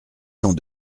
cent